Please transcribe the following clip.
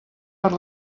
per